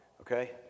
Okay